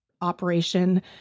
operation